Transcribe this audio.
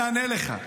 אני אענה לך.